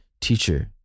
Teacher